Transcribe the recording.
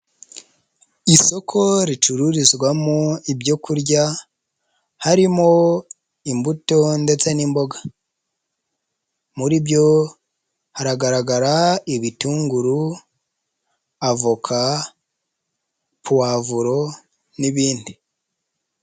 Isoko ricururizwamo ibyo kurya harimo imbuto ndetse n'imboga, muri byo hagaragara ibitunguru, avoka, puwavuro n'ibindi.